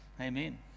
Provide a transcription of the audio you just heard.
Amen